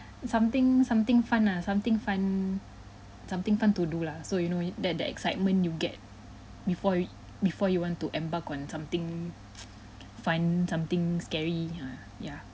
something something fun ah something fun something fun to do lah so you know when you that the excitement you get before y~ before you want to embark on something fun something scary ha yeah